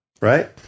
right